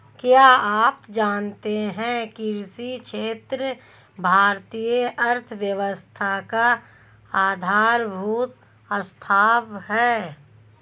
क्या आप जानते है कृषि क्षेत्र भारतीय अर्थव्यवस्था का आधारभूत स्तंभ है?